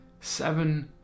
seven